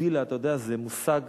וילה, אתה יודע, זה מושג